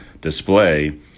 display